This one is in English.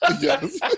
Yes